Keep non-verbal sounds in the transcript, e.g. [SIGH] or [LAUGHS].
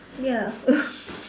ya [LAUGHS]